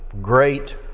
great